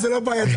זה לא בעיה.